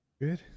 good